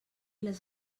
les